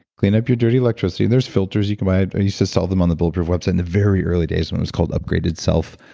clean up your dirty electricity. there's filters you can buy. i used to sell them on the bulletproof website in the very early days when it was called upgraded self,